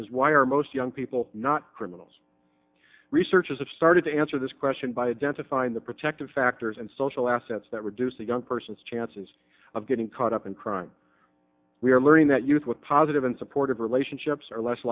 is why are most young people not criminals researchers have started to answer this question by identifying the protective factors and social assets that reduce the young person's chances of getting caught up in crime we are learning that youth with positive and supportive relationships are less